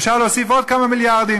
אפשר להוסיף עוד כמה מיליארדים,